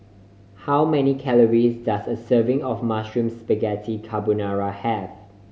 how many calories does a serving of Mushroom Spaghetti Carbonara have